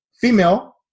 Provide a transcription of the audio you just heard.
Female